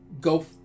go